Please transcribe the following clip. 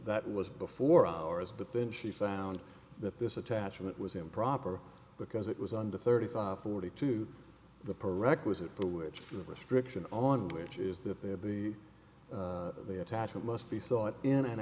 that was before ours but then she found that this attachment was improper because it was under thirty five forty two per requisite for which the restriction on which is that there be the attachment must be sought in an